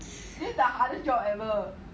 this is the hardest job ever